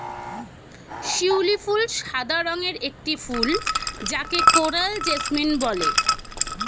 শিউলি ফুল সাদা রঙের একটি ফুল যাকে কোরাল জেসমিন বলে